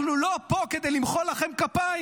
אנחנו לא פה כדי למחוא לכם כפיים.